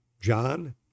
John